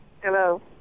Hello